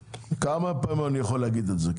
מה פעמים אני יכול להגיד את זה?